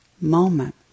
moment